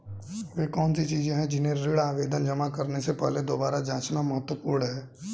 वे कौन सी चीजें हैं जिन्हें ऋण आवेदन जमा करने से पहले दोबारा जांचना महत्वपूर्ण है?